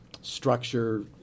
structure